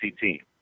team